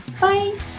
Bye